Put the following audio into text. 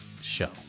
show